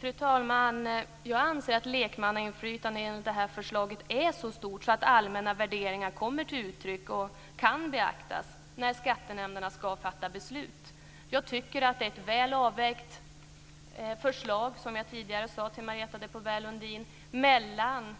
Fru talman! Jag anser att lekmannainflytandet genom det här förslaget är så stort att allmänna värderingar kommer till uttryck och kan beaktas när skattenämnderna ska fatta beslut. Jag tycker, som jag tidigare sade till Marietta de Pourbaix-Lundin, att det är ett förslag som är väl avvägt mellan